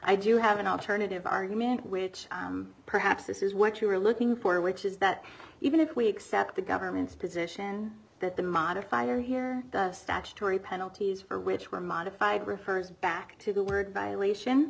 i do have an alternative argument which perhaps this is what you are looking for which is that even if we accept the government's position that the modifier here the statutory penalties for which were modified refers back to the word violation